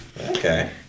okay